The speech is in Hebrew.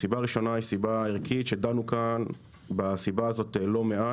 הסיבה הראשונה היא סיבה ערכית שדנו כאן בסיבה הזאת לא מעט,